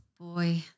Boy